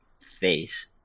face